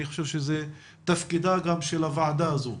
אני חושב שזה גם תפקידה של הוועדה הזו,